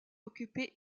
occupée